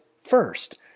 first